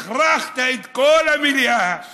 הכרחת את כל המליאה